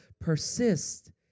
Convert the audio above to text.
Persist